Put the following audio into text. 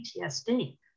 PTSD